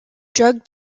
drug